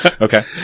Okay